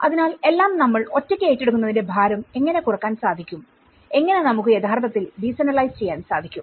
അതിനാൽ എല്ലാം നമ്മൾ ഒറ്റക്ക് ഏറ്റെടുക്കുന്നതിന്റെ ഭാരം എങ്ങനെ കുറക്കാൻ സാധിക്കുംഎങ്ങനെ നമുക്ക് യഥാർത്ഥത്തിൽ ഡീസെൻട്രലൈസ് ചെയ്യാൻ സാധിക്കും